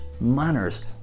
manners